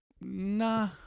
nah